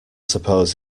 suppose